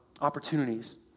opportunities